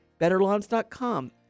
betterlawns.com